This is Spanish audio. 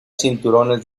cinturones